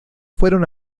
fueron